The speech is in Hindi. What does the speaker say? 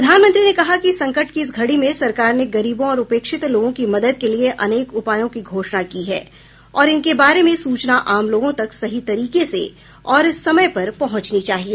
प्रधानमंत्री ने कहा कि संकट की इस घड़ी में सरकार ने गरीबों और उपेक्षित लोगों की मदद के लिए अनेक उपायों की घोषणा की है और इनके बारे में सूचना आम लोगों तक सही तरीके से और समय पर पहुंचनी चाहिए